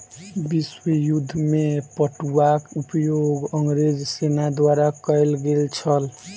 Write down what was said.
विश्व युद्ध में पटुआक उपयोग अंग्रेज सेना द्वारा कयल गेल छल